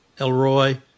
Elroy